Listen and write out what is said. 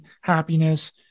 happiness